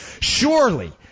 Surely